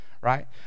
right